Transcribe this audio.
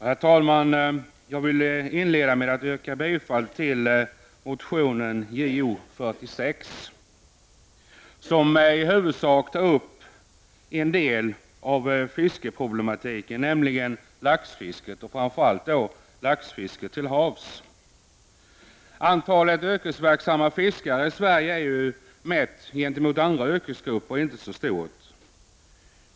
Herr talman! Jag vill inleda med att yrka bifall till motion Jo46, som i huvudsak tar upp en del av fiskeproblematiken, nämligen laxfisket och framför allt laxfisket till havs. Antalet yrkesverksamma fiskare i Sverige är ju jämfört med antalet yrkesverksamma inom andra grupper inte så stort.